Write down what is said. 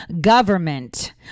government